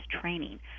training